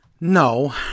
No